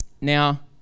Now